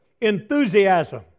enthusiasm